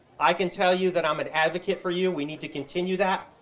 i can tell you that i'm an advocate for you. we need to continue that.